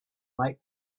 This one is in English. make